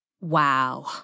Wow